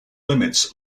limits